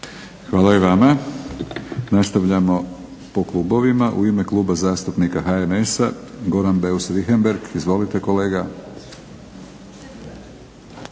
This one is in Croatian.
Hvala i vama. Nastavljamo po klubovima. U ime Kluba zastupnika HNS-a Goran Beus Richembergh. Izvolite kolega.